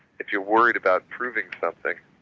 if you're worried about proving something,